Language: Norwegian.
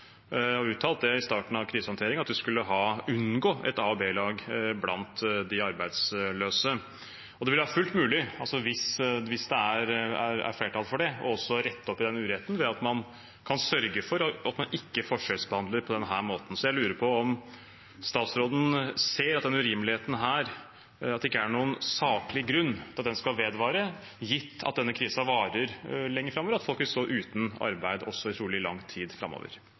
og har uttalt det i starten av krisehåndteringen – at vi skulle unngå et a-lag og et b-lag blant de arbeidsløse. Det vil være fullt mulig, hvis det er flertall for det, å rette opp i den uretten ved å sørge for at man ikke forskjellsbehandler på denne måten. Jeg lurer på om statsråden ser at denne urimeligheten er det ikke noen saklig grunn til skal vedvare, gitt at denne krisen varer lenge framover, og at de vil stå uten arbeid i trolig lang tid framover.